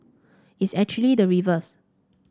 it's actually the reverse